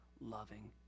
loving